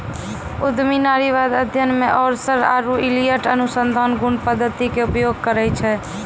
उद्यमी नारीवाद अध्ययन मे ओरसर आरु इलियट अनुसंधान गुण पद्धति के उपयोग करै छै